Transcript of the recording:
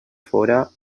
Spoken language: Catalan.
fóra